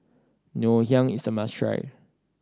Ngoh Hiang is a must try